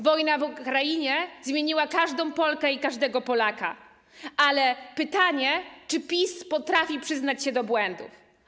Wojna w Ukrainie zmieniła każdą Polkę i każdego Polaka, ale pytanie, czy PiS potrafi przyznać się do błędów.